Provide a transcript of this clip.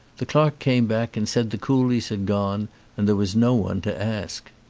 the clerk came back and said the coolies had gone and there was no one to ask.